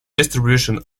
distribution